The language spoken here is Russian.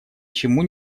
чему